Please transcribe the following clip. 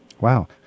Wow